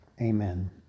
Amen